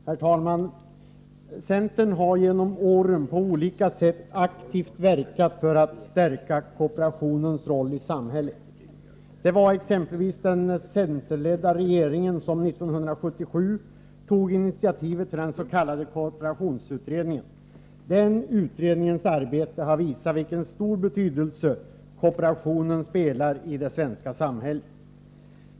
Herr talman! Centern har genom åren på olika sätt aktivt verkat för att stärka kooperationens roll i samhället. Det var exempelvis den centerledda regeringen som 1977 tog initiativet till den s.k. kooperationsutredningen. Den utredningens arbete har visat vilken stor roll kooperationen spelar i det svenska samhället.